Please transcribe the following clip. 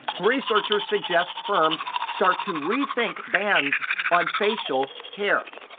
researchers suggest firms start to rethink bans on facial hair.